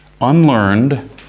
Unlearned